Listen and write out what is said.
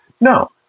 No